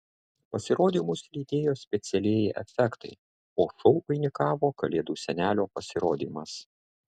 pasirodymus lydėjo specialieji efektai o šou vainikavo kalėdų senelio pasirodymas